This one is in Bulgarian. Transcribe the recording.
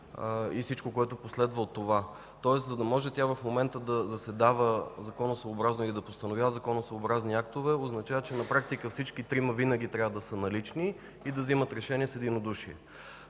и всичко, което последва от това. Тоест, за да може тя в момента да заседава законосъобразно и да постановява законосъобразни актове, означава, че на практика всички трима винаги трябва да са налични и да взимат решение с единодушие.